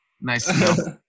nice